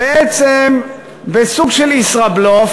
בעצם בסוג של ישראבלוף